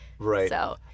Right